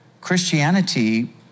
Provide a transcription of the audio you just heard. Christianity